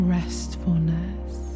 restfulness